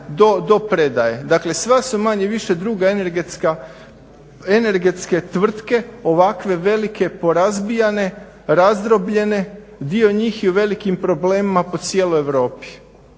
Dakle, sva su manje-više druga energetske tvrtke ovakve velike porazbijane, razdrobljene. Dio njih je u velikim problemima u cijeloj Europi.